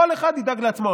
כל אחד ידאג לעצמו.